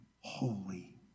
holy